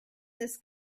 this